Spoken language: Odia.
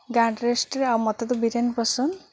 ଗାଁ ଆଡ୍ରେସ୍ରେ ଆଉ ମୋତେ ତ ବିରିୟାନୀ ପସନ୍ଦ